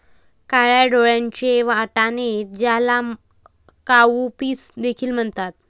काळ्या डोळ्यांचे वाटाणे, ज्याला काउपीस देखील म्हणतात